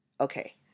okay